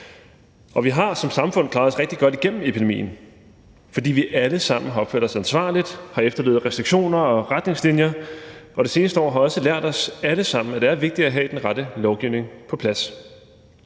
Og vi har som samfund klaret os rigtig godt igennem epidemien, fordi vi alle sammen har opført os ansvarligt, har efterlevet restriktioner og retningslinjer. Det seneste år har også lært os alle sammen, at det er vigtigt at have den rette lovgivning på plads.